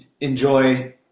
enjoy